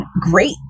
great